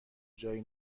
جایی